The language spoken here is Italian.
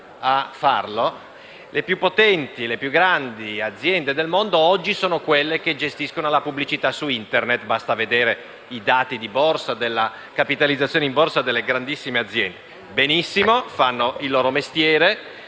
Le più potenti e grandi aziende del mondo, oggi, sono quelle che gestiscono la pubblicità su Internet. Basta vedere i dati della capitalizzazione in borsa delle grandissime aziende. Fanno il loro mestiere